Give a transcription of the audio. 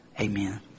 Amen